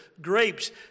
grapes